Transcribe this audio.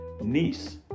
niece